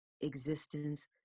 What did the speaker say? existence